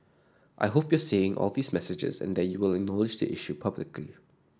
I hope you're seeing all these messages and that you will acknowledge the issue publicly